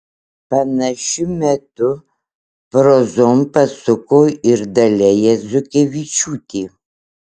panašiu metu prozon pasuko ir dalia jazukevičiūtė